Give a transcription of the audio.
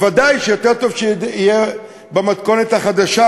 ודאי שיותר טוב שיהיה במתכונת החדשה,